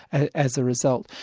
and as a result.